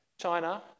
China